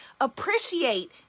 Appreciate